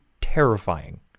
terrifying